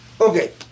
Okay